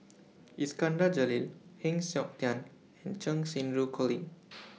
Iskandar Jalil Heng Siok Tian and Cheng Xinru Colin